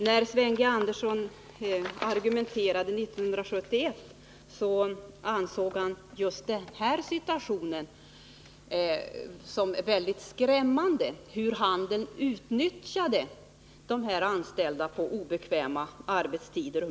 När Sven G. Andersson argumenterade 1971 ansåg han att just denna situation var mycket skrämmande, med tanke på hur handeln utnyttjar den personal som är anställd på obekväma arbetstider.